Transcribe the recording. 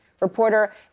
Reporter